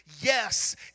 yes